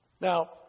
Now